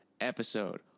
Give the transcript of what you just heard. Episode